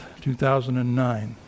2009